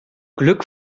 glück